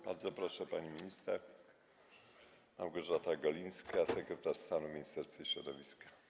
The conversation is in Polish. Bardzo proszę, pani minister Małgorzata Golińska, sekretarz stanu w Ministerstwie Środowiska.